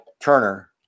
Turner